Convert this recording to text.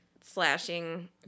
slashing